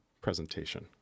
presentation